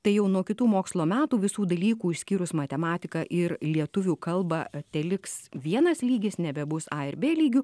tai jau nuo kitų mokslo metų visų dalykų išskyrus matematiką ir lietuvių kalbą teliks vienas lygis nebebus a ir b lygių